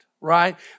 right